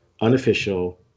unofficial